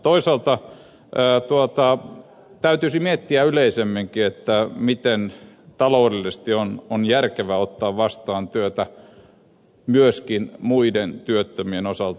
toisaalta täytyisi miettiä yleisemminkin miten taloudellisesti on järkevää ottaa vastaan työtä myöskin muiden työttömien osalta